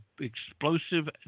explosive